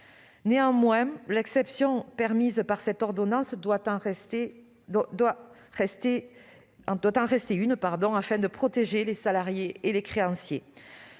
Néanmoins, l'exception permise par cette ordonnance doit en rester une, afin de protéger les salariés et les créanciers.